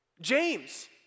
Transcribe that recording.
James